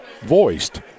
voiced